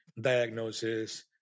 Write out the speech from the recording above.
diagnosis